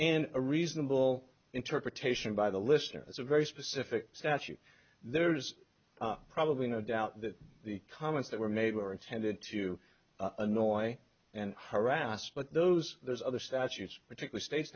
and a reasonable interpretation by the listener is a very specific statute there's probably no doubt that the comments that were made were intended to annoy and harass but those there's other statutes particular state